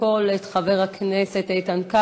יסבלו אלה שצריכים להגיע לביטוח לאומי או בימי זיקנתם,